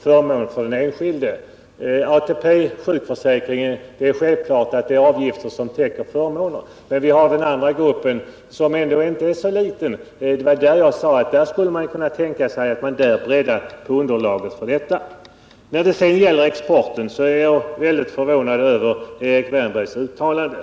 När det gäller avgifterna till ATP och sjukförsäkringen är det självklart att det rör sig om avgifter som täcker förmåner. Men vi har den andra gruppen som ändå inte är så liten. I fråga om denna sade jag att man där skulle kunna tänka sig att bredda avgiftsunderlaget. När det sedan gäller exporten är jag väldigt förvånad över Erik Wärnbergs uttalande.